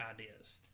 ideas